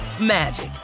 magic